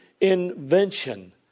invention